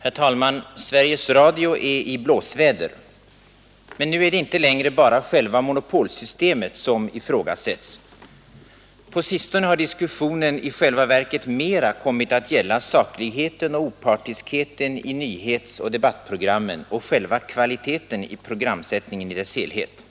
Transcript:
Herr talman! Sveriges Radio är i blåsväder. Men nu är det inte längre bara själva monopolsystemet som ifrågasätts. På sistone har diskussionen i själva verket mera kommit att gälla sakligheten och opartiskheten i nyhetsoch debattprogrammen och själva kvaliteten i programsättningen i dess helhet.